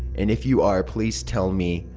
and if you are please tell me.